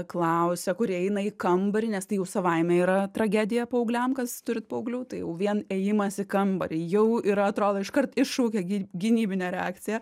klausia kuri eina į kambarį nes tai jau savaime yra tragedija paaugliam kas turit paauglių tai jau vien ėjimas į kambarį jau yra atrodo iškart iššaukia gi gynybinę reakciją